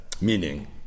meaning